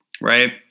right